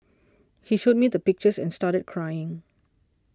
he showed me the pictures and started crying